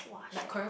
!wah! shag